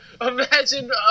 imagine